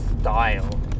style